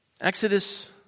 Exodus